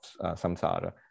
samsara